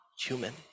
human